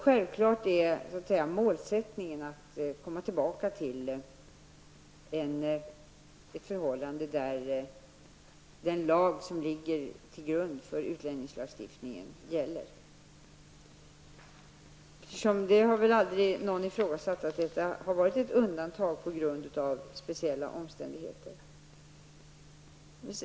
Självklart är målsättningen att komma tillbaka till ett förhållande där den lag som ligger till grund för utlänningslagstiftningen gäller. Ingen har någonsin ifrågasatt att detta har varit ett undantag på grund av speciella omständigheter.